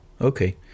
Okay